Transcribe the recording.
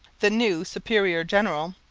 the new superior-general,